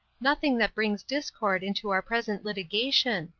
nothing that brings discord into our present litigation.